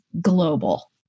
global